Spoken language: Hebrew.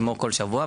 כמו בכל שבוע,